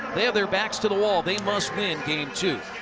they have their backs to the wall. they must win game two.